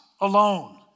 alone